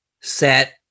set